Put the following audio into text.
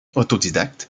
autodidacte